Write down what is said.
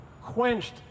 quenched